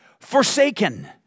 forsaken